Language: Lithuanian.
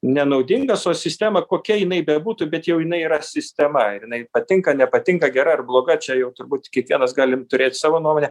nenaudingas o sistema kokia jinai bebūtų bet jau jinai yra sistema ir jinai patinka nepatinka gera ar bloga čia jau turbūt kiekvienas galim turėti savo nuomonę